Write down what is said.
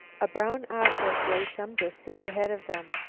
a brown object lay some distance ahead of them.